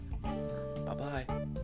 Bye-bye